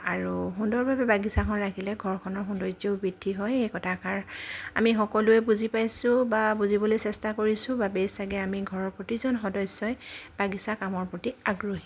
আৰু সুন্দৰভাৱে বাগিছাখন ৰাখিলে ঘৰখনৰ সৌন্দৰ্য্যও বৃদ্ধি হয় সেই কথাষাৰ আমি সকলোৱে বুজি পাইছোঁ বা বুজিবলৈ চেষ্টা কৰিছোঁ বাবেই চাগে আমি ঘৰৰ প্ৰতিজন সদস্যই বাগিছাৰ কামৰ প্ৰতি আগ্ৰহী